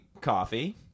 coffee